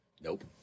Nope